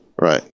right